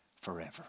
forever